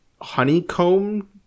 honeycomb